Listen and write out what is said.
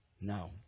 No